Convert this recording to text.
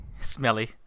smelly